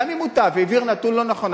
והעביר נתון לא נכון,